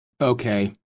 okay